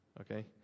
okay